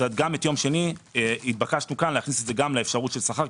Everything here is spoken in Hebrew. אז גם את יום שני התבקשנו כאן להכניס לאפשרות של שכר,